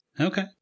Okay